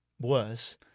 worse